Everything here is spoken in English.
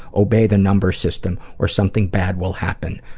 obey the number system or something bad will happen.